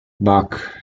bach